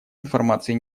информации